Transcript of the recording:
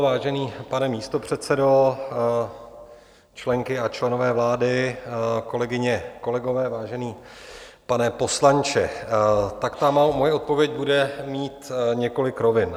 Vážený pane místopředsedo, členky a členové vlády, kolegyně, kolegové, vážený pane poslanče, moje odpověď bude mít několik rovin.